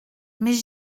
mais